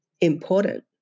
important